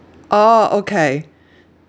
oh okay